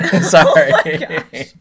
Sorry